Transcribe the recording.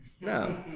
No